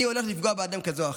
אני הולך לפגוע באדם כזה או אחר.